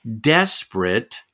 desperate